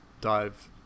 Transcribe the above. dive